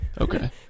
Okay